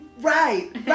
Right